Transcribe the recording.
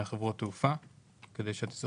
כל החברות הישראליות מפוצות?